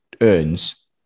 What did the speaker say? earns